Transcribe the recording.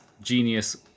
genius